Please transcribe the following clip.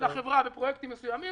לחברה בפרויקטים מסוימים,